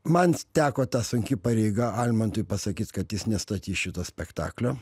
man teko ta sunki pareiga almantui pasakyt kad jis nestatys šito spektaklio